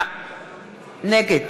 נגד